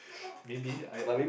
maybe I I